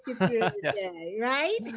Right